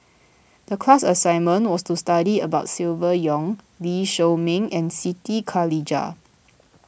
the class assignment was to study about Silvia Yong Lee Shao Meng and Siti Khalijah